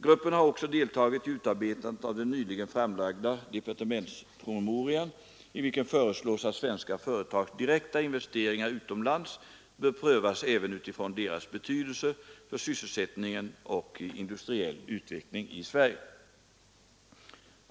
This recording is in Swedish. Gruppen har också deltagit i utarbetandet av den nyligen framlagda departementspromemorian , i vilken föreslås att svenska företags direkta investeringar utomlands bör prövas även utifrån deras betydelse för sysselsättning och industriell utveckling i Sverige.